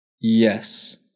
Yes